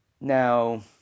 Now